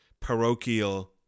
parochial